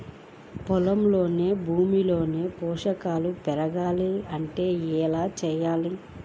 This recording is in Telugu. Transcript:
పొలంలోని భూమిలో పోషకాలు పెరగాలి అంటే ఏం చేయాలి?